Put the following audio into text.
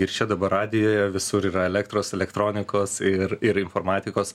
ir čia dabar radijuje visur yra elektros elektronikos ir ir informatikos